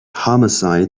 homicide